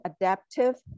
adaptive